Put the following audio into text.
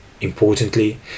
Importantly